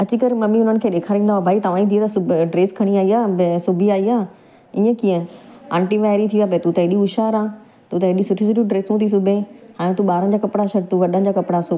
अची करे ममी हुननि खे ॾेखारींदा हुआ भई तव्हांजी धीउ त सिब ड्रेस खणी आई आहे भई सिबी आई आहे ईअं कीअं आंटी वाइरी थी विया भई तूं त एॾी होशियारु आहे तू त एॾी सुठी सुठी ड्रेसूं थी सिबे हाणे तू ॿारनि जा कपिड़ा छॾु तू वॾनि जा कपिड़ा सिबु